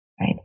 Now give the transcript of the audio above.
right